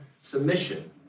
submission